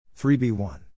3b1